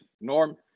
Norm